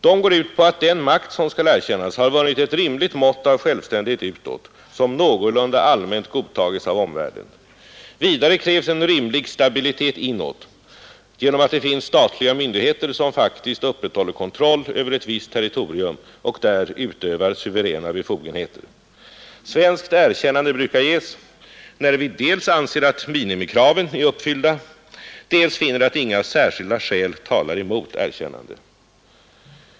De går ut på att den makt som skall erkännas har vunnit ett rimligt mått av självständighet utåt, som någorlunda allmänt godtagits av omvärlden. Vidare krävs en rimlig stabilitet inåt, genom att det finns statliga myndigheter som faktiskt upprätthåller kontroll över ett visst territorium och där utövar suveräna befogenheter. Svenskt erkännande brukar ges när vi dels anser att minimikraven är uppfyllda, dels finner att inga särskilda skäl talar emot erkännande.